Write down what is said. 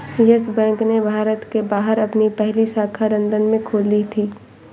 yes Bank ने भारत के बाहर अपनी पहली शाखा लंदन में खोली थी